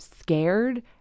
scared